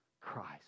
Christ